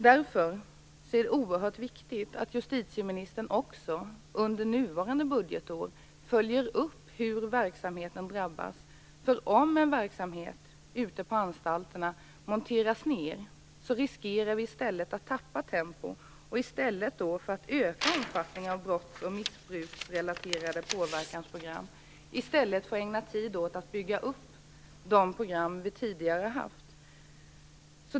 Därför är det oerhört viktigt att justitieministern också under nuvarande budgetår följer upp hur verksamheten drabbas. Om en verksamhet ute på anstalterna monteras ned, riskerar vi att tappa tempo i stället för att öka omfattningen av brotts och missbruksrelaterade påverkansprogram i stället för att ägna tid åt att bygga upp de program vi tidigare haft.